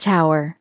Tower